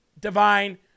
divine